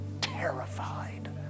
terrified